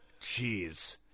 Jeez